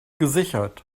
gesichert